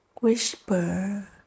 Whisper